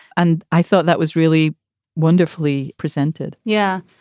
and i thought that was really wonderfully presented. yeah.